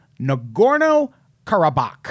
Nagorno-Karabakh